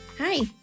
Hi